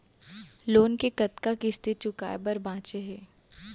Loan के कतना किस्ती चुकाए बर बांचे हे?